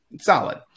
solid